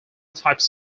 types